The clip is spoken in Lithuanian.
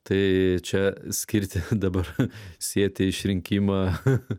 tai čia skirti dabar sieti išrinkimą